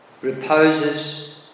reposes